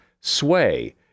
Sway